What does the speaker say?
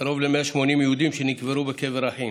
קרוב ל-180 יהודים, ונקברו בקבר אחים,